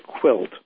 quilt